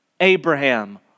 Abraham